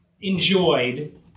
enjoyed